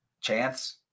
Chance